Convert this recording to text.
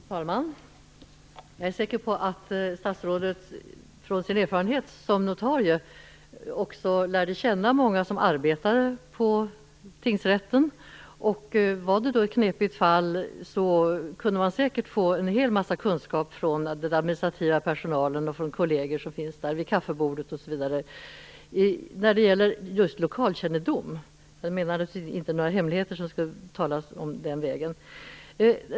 Fru talman! Jag är säker på att statsrådet från sin erfarenhet som notarie också lärde känna många som arbetade på tingsrätten. Vad det då ett knepigt fall kunde man säkert få en hel mängd kunskap från den administrativa personalen och de kolleger som fanns där vid kaffebordet, osv. när det gällde just lokalkännedom. Jag menar naturligtvis inte att några hemligheter skulle talas om den vägen.